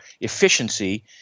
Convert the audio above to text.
efficiency